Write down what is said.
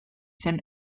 zen